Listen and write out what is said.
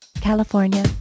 california